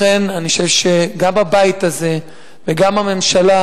לכן אני חושב שגם הבית הזה וגם הממשלה